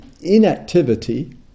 inactivity